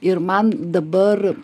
ir man dabar